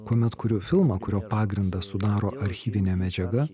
kuomet kuriu filmą kurio pagrindą sudaro archyvinė medžiaga